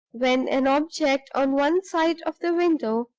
when an object on one side of the window,